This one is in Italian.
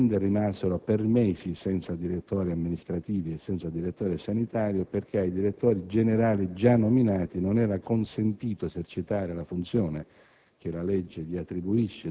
le aziende rimasero per mesi senza direttori amministrativi e senza direttori sanitari: questo perché ai direttori generali già nominati non era consentito esercitare la funzione